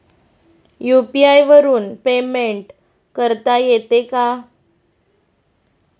UPI वरून payment करता येते का?